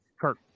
Kirk